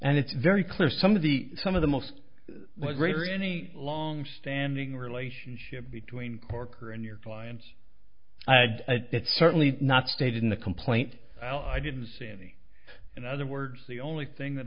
and it's very clear some of the some of the most greater any long standing relationship between corker and your clients it's certainly not stated in the complaint i didn't see any in other words the only thing that